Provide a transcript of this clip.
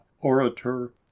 orator